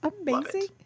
amazing